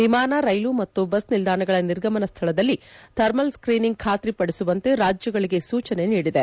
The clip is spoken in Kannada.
ವಿಮಾನ ರೈಲು ಮತ್ತು ಬಸ್ ನಿಲ್ಲಾಣಗಳ ನಿರ್ಗಮನ ಸ್ನಳದಲ್ಲಿ ಥರ್ಮಲ್ ಸ್ತೀನಿಂಗ್ ಖಾತ್ರಿಪಡಿಸುವಂತೆ ರಾಜ್ಲಗಳಿಗೆ ಸೂಚನೆ ನೀಡಿದೆ